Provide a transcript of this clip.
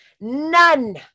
None